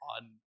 on